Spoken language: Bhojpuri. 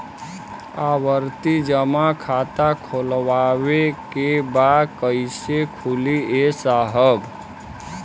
आवर्ती जमा खाता खोलवावे के बा कईसे खुली ए साहब?